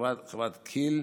חברת כי"ל